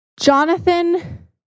Jonathan